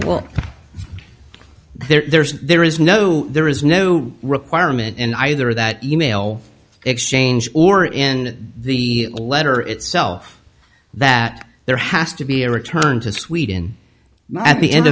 well there's there is no there is no requirement in either that e mail exchange or in the letter itself that there has to be a return to sweden at the end